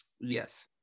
Yes